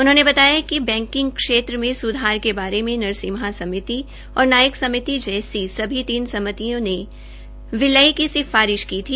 उन्होंने बताया कि बैकिंग क्षेत्र में सुधार क बारे में नरसिम्हा समिति और नायक समिति जैसी सभी तीन समितियों ने विलय की सिफारिश की थी